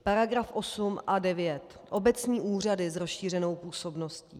Paragraf 8 a 9 Obecní úřady s rozšířenou působností.